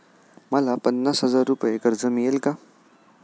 मला पन्नास हजार रुपये कर्ज मिळेल का?